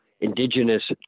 Indigenous